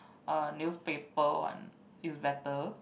uh newspaper one is better